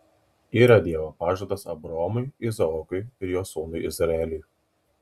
yra dievo pažadas abraomui izaokui ir jo sūnui izraeliui